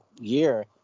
year